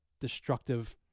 destructive